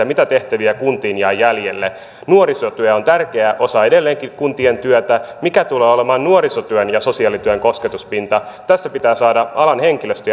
mitä tehtäviä kuntiin jää jäljelle nuorisotyö on edelleenkin tärkeä osa kuntien työtä mikä tulee olemaan nuorisotyön ja sosiaalityön kosketuspinta tässä pitää saada alan henkilöstö